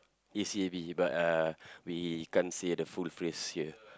A_C_A_B but uh we can't say the full phrase here